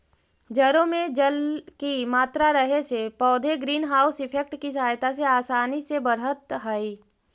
जड़ों में जल की मात्रा रहे से पौधे ग्रीन हाउस इफेक्ट की सहायता से आसानी से बढ़त हइ